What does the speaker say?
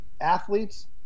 athletes